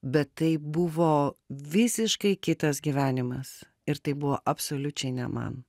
bet tai buvo visiškai kitas gyvenimas ir tai buvo absoliučiai ne man